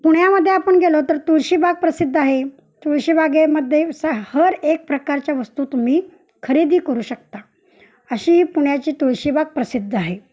पुण्यामध्ये आपण गेलो तर तुळशीबाग प्रसिद्ध आहे तुळशी बागेमध्ये सा हर एक प्रकारच्या वस्तू तुम्ही खरेदी करू शकता अशी ही पुण्याची तुळशीबाग प्रसिद्ध आहे